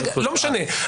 לא משנה,